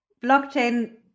blockchain